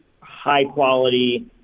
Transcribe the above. high-quality